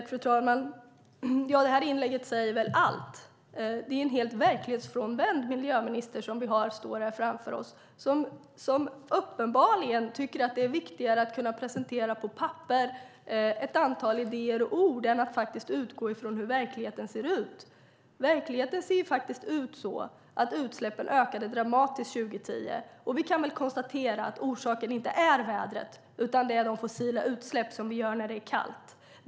Fru talman! Detta inlägg säger allt. Det är en helt verklighetsfrånvänd miljöminister som står här framför oss. Hon tycker uppenbarligen att det är viktigare att kunna presentera på papper ett antal idéer och ord än att utgå från hur verkligheten ser ut. Verkligheten ser ut så att utsläppen ökade dramatiskt 2010. Vi kan konstatera att orsaken inte är vädret utan de fossila utsläpp som vi gör när det är kallt.